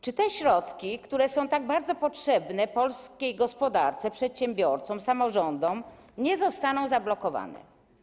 Czy te środki, które są tak bardzo potrzebne polskiej gospodarce, przedsiębiorcom, samorządom, nie zostaną zablokowane?